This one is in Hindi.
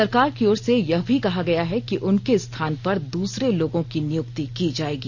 सरकार की ओर से यह भी कहा गया है कि उनके स्थान पर दूसरे लोगों की नियुक्ति की जायेगी